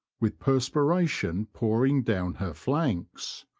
with perspiration pouring down her flanks.